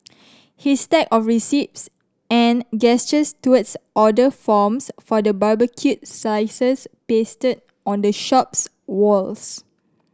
his stack of receipts and gestures towards order forms for the barbecued slices pasted on the shop's walls